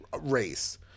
race